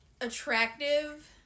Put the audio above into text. attractive